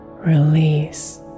release